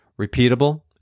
Repeatable